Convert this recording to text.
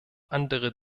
andere